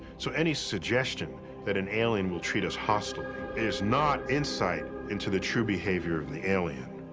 so, any suggestion that an alien will treat us hostilely is not insight into the true behavior of the alien.